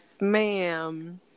ma'am